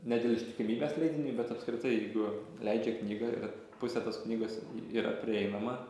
ne dėl ištikimybės leidiniui bet apskritai jeigu leidžia knygą ir pusė tos knygos yra prieinama